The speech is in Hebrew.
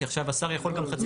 כי עכשיו השר יכול גם חצי שנה.